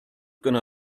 gonna